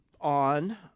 On